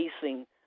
facing